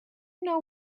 know